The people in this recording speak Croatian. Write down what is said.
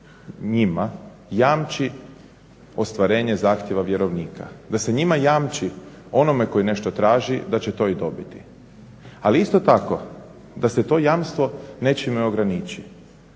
njima jamči ostvarenje zahtjeva vjerovnika, da se njima jamči onome koji nešto traži da će to i dobiti. Ali isto tako da se to jamstvo nečime ograniči.